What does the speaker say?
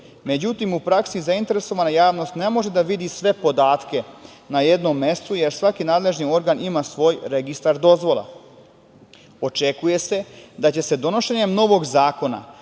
Međutim, u praksi zainteresovana javnost ne može da vidi sve podatke na jednom mestu, jer svaki nadležni organ ima svoj registar dozvola. Očekuje se da će se donošenjem novog zakona